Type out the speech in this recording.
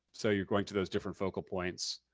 so you're going to those different focal points.